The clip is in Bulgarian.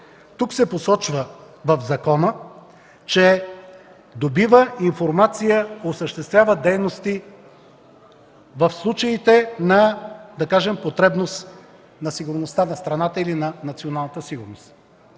се посочва: „добива информация, осъществява дейности в случаите на потребност за сигурността на страната или националната сигурност”.